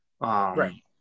Right